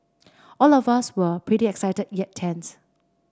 all of us were pretty excited yet tense